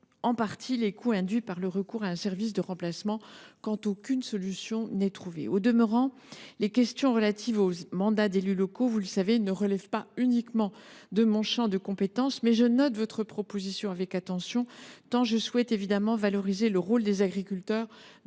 en partie les coûts induits par le recours à un service de remplacement quand aucune autre solution n’a été trouvée. Au demeurant, les questions relatives aux mandats d’élus locaux – vous le savez – ne relèvent pas uniquement de mon champ de compétence. Toutefois, je note votre proposition avec attention tant je souhaite évidemment valoriser le rôle des agriculteurs